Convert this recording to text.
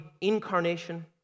incarnation